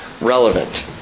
relevant